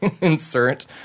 insert